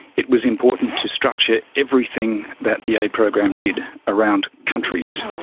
it was important to structure everything that the aid program did around countries.